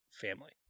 Family